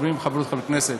חברים וחברות חברי הכנסת,